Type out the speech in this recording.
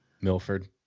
Milford